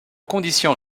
conditions